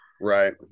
Right